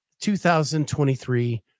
2023